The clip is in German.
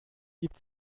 gibt